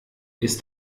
ist